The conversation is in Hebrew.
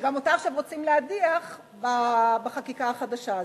וגם אותה עכשיו רוצים להדיח בחקיקה החדשה הזאת.